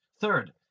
Third